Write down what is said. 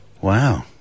Wow